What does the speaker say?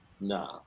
nah